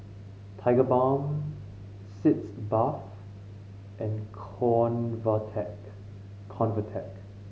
Tigerbalm Sitz Bath and Convatec Convatec